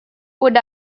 would